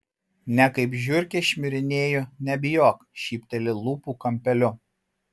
ne kaip žiurkė šmirinėju nebijok šypteli lūpų kampeliu